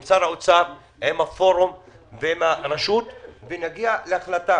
עם שר האוצר, עם הפורום ועם הרשות ונגיע להחלטה.